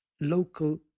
local